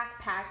backpack